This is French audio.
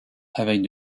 avec